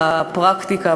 בפרקטיקה,